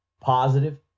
positive